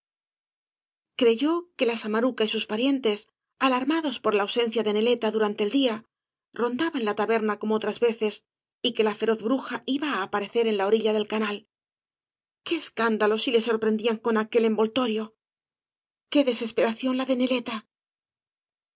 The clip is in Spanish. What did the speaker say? creyó que la samaruca y sus parientes alarmados por la ausencia de neleta durante el día rondaban la taberna como otras veces y que la feroz bruja iba á aparecer en la orilla del canal qué escándalo si le sorprendían con aquel envoltorio qué desesperación la de neleta